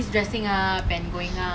I miss dressing up and going out